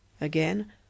Again